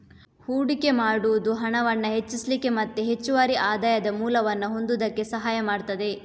ಹೂಡಿಕೆ ಮಾಡುದು ಹಣವನ್ನ ಹೆಚ್ಚಿಸ್ಲಿಕ್ಕೆ ಮತ್ತೆ ಹೆಚ್ಚುವರಿ ಆದಾಯದ ಮೂಲವನ್ನ ಹೊಂದುದಕ್ಕೆ ಸಹಾಯ ಮಾಡ್ತದೆ